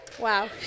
wow